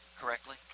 correctly